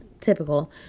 Typical